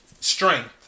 Strength